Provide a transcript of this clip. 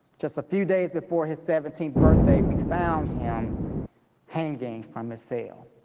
just a few days before his seventeenth birthday, we found him hanging from his cell.